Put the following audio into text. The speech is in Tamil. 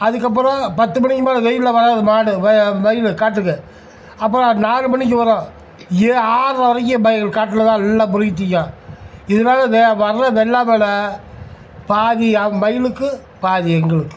அதுக்கப்புறம் பத்து மணிக்கு மேல் வெயிலில் வராது மாடு வ மயில் காட்டுக்கு அப்புறம் நாலு மணிக்கு வரும் யே ஆறரை வரைக்கும் மயில் காட்டில் தான் எல்லா பொறுக்கி திங்கும் இதனால இந்த வர்றதெல்லாம் மேலே பாதி மயிலுக்கு பாதி எங்களுக்கு